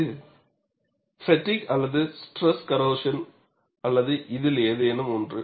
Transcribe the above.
இது பெட்டிக் அல்லது ஸ்ட்ரெஸ் கரோசன் அல்லது இதில் ஏதேனும் ஒன்று